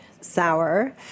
sour